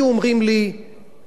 אין כסף בספרים,